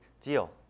deal